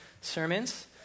sermons